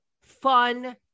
fun